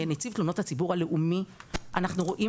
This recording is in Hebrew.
נציב תלונות הציבור הלאומי אנחנו רואים